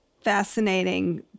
fascinating